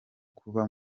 kuba